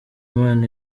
imana